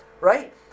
right